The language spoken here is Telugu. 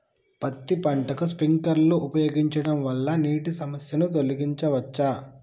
పత్తి పంటకు స్ప్రింక్లర్లు ఉపయోగించడం వల్ల నీటి సమస్యను తొలగించవచ్చా?